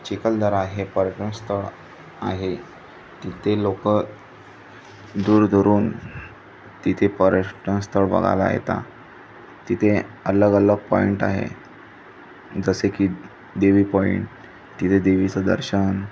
चिखलदरा हे पर्यटन स्थळ आहे तिथे लोकं दूरदुरून तिथे पर्यटन स्थळ बघायला येता तिथे अलग अलग पॉईंट आहे जसे की देवी पॉईंट तिथे देवीचं दर्शन